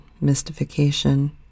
Mystification